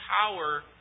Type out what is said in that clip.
power